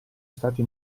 stati